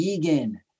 vegan